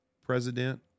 president